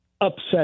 upset